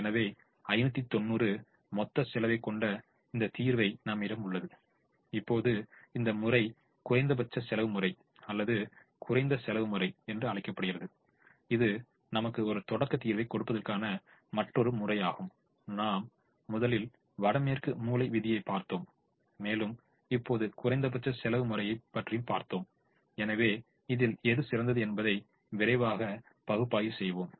எனவே 590 மொத்த செலவைக் கொண்ட இந்த தீர்வு நம்மிடம் உள்ளது இப்போது இந்த முறை குறைந்தபட்ச செலவு முறை அல்லது குறைந்த செலவு முறை என்று அழைக்கப்படுகிறது இது நமக்கு ஒரு தொடக்க தீர்வைக் கொடுப்பதற்கான மற்றொரு முறையாகும் நாம் முதலில் வடமேற்கு மூலை விதியைப் பார்த்தோம் மேலும் இப்போது குறைந்தபட்ச செலவு முறையைப் பற்றியும் பார்த்தோம் எனவே எது சிறந்தது என்பதை விரைவாக பகுப்பாய்வு செய்வோம்